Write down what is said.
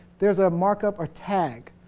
there's a mark up a tank